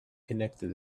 connected